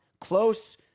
close